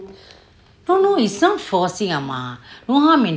no no it's not forcing அம்மா:amma no harm in